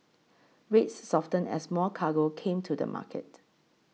rates softened as more cargo came to the market